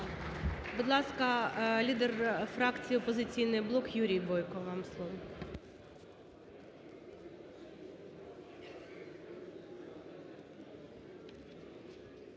Будь ласка, лідер фракцій "Опозиційний блок" Юрій Бойко.